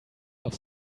auf